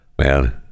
man